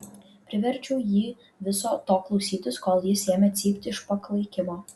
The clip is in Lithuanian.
priverčiau jį viso to klausytis kol jis ėmė cypt iš paklaikimo